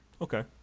Okay